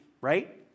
right